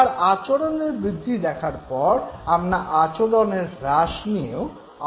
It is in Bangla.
এবার আচরণের বৃদ্ধি দেখার পর আমরা আচরণের হ্রাস নিয়ে আলোচনা করব